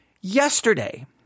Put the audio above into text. Yesterday